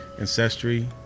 ancestry